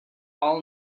all